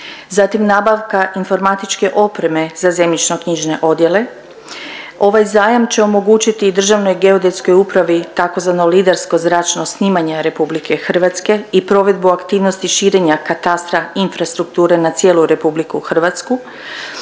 zatim nabavka informatičke opreme za zemljišno knjižne odjele. Ovaj zajam će omogućiti i Državnoj geodetskoj upravi tzv. lidersko zračno snimanje RH i provedbu aktivnosti širenja katastra infrastrukture na cijelu RH.